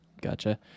gotcha